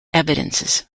evidences